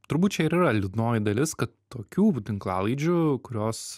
turbūt čia ir yra liūdnoji dalis kad tokių tinklalaidžių kurios